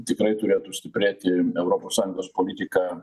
tikrai turėtų stiprėti europos sąjungos politika